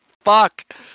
fuck